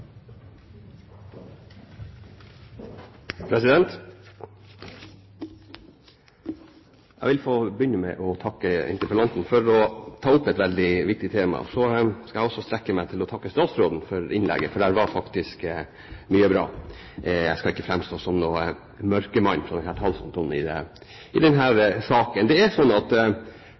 vil begynne med å få takke interpellanten for å ta opp et veldig viktig tema. Så skal jeg også strekke meg til å takke statsråden for innlegget, for der var det faktisk mye bra. Jeg skal ikke framstå som noen mørkemann fra denne talerstolen i denne saken. Vi som kommer fra Finnmark, har fulgt den